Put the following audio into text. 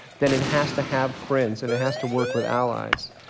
then it has to have friends, and it has to work with allies.